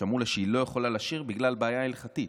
אמרו לה שהיא לא יכולה לשיר בגלל בעיה הלכתית,